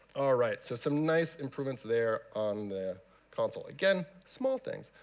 all right, so some nice improvements there on the console. again, small things,